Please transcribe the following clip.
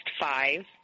five